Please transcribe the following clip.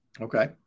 Okay